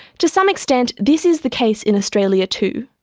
to some extent this is the case in australia too.